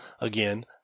again